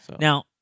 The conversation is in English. Now